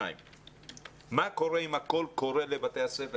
2. מה קורה עם הקול קורא לבתי הספר?